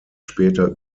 später